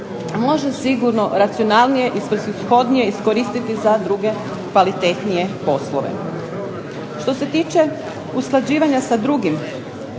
sigurno racionalnije i svrsishodnije iskoristiti za druge kvalitetnije poslove. Što se tiče usklađivanja sa drugim